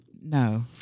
no